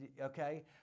okay